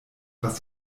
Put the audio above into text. was